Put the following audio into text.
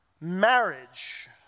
marriage